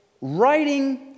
writing